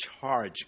charge